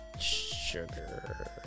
Sugar